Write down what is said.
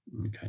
Okay